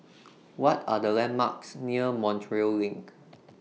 What Are The landmarks near Montreal LINK